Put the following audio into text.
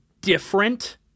different